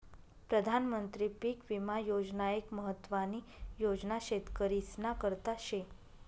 प्रधानमंत्री पीक विमा योजना एक महत्वानी योजना शेतकरीस्ना करता शे